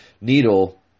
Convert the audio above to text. needle